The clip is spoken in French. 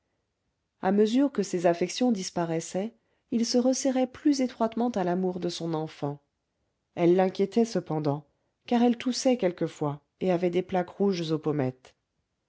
à mesure que ses affections disparaissaient il se resserrait plus étroitement à l'amour de son enfant elle l'inquiétait cependant car elle toussait quelquefois et avait des plaques rouges aux pommettes